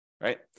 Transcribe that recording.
right